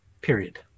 period